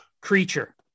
creature